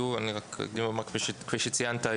כפי שציינת,